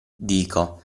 dico